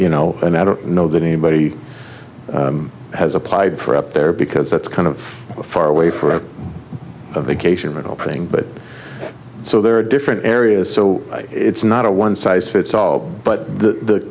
you know i mean i don't know that anybody has applied for up there because it's kind of far away for a vacation rental playing but so there are different areas so it's not a one size fits all but the